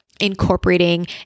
incorporating